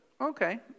Okay